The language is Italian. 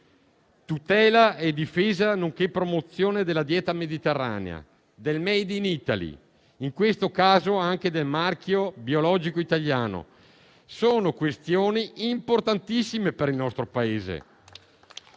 Tutela e difesa, nonché promozione della dieta mediterranea, del *made in italy*, in questo caso anche del marchio biologico italiano: sono questioni importantissime per il nostro Paese